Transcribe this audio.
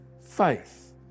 faith